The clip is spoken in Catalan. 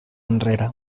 enrere